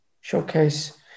showcase